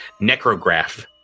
necrograph